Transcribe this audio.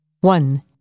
One